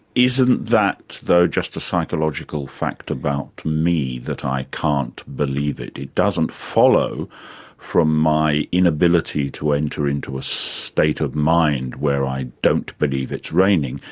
isn't that though just a psychological fact about me that i can't believe it? it doesn't follow from my inability to enter into ah state of mind where i don't believe it's raining,